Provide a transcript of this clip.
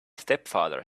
stepfather